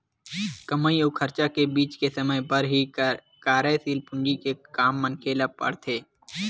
कमई अउ खरचा के बीच के समे बर ही कारयसील पूंजी के काम मनखे ल पड़थे